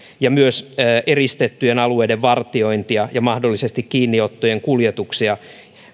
ja myös eristettyjen alueiden vartiointia ja mahdollisesti kiinniottojen kuljetuksia